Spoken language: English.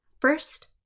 First